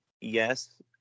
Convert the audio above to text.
Yes